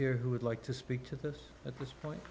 here who would like to speak to this at this point